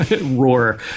roar